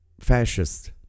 fascist